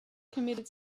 committed